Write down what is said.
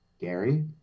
gary